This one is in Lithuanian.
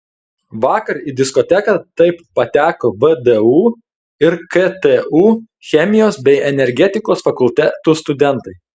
vakar į diskoteką taip pateko vdu ir ktu chemijos bei energetikos fakultetų studentai